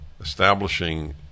Establishing